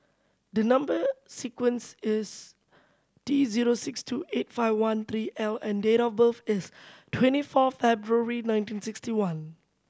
the number sequence is T zero six two eight five one three L and date of birth is twenty four February nineteen sixty one